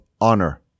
honor